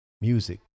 music